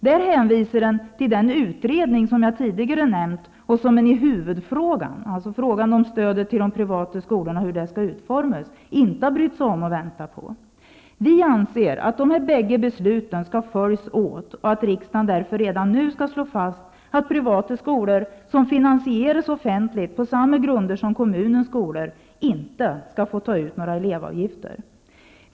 Man hänvisar till den utredning jag tidigare nämnt, och som man i huvudfrågan, den om hur stödet till privata skolor skall utformas, inte brytt sig om att vänta på. Vi anser att dessa båda beslut skall följas åt och att riksdagen därför redan nu skall slå fast att privata skolor som finansieras offentligt på samma grunder som kommunernas skolor, inte skall få ta ut några elevavgifter.